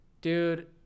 Dude